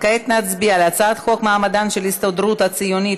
כעת נצביע על הצעת חוק מעמדן של ההסתדרות הציונית